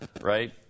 right